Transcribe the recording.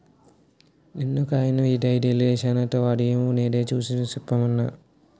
నిన్నొకాయన ఐదేలు ఏశానన్నాడు వొడినాయో నేదో సూసి సెప్పవమ్మా